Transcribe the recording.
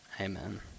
Amen